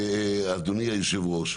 אדוני היושב-ראש,